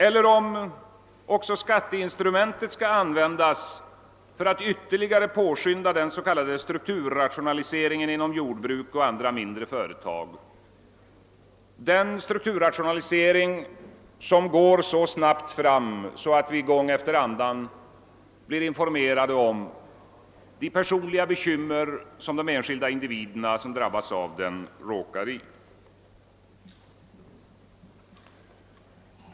Eller skall skatteinstrumentet användas för att ytterligare påskynda den s.k. strukturrationaliseringen inom jordbruk och andra mindre företag? Den strukturrationaliseringen går ju så snabbt att vi gång efter annan blir informerade om de personliga bekymmer de enskilda individer råkar i som drabbas av den.